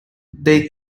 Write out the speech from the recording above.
they